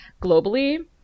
globally